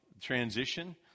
transition